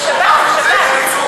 השבת, השבת?